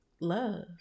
love